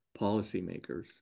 policymakers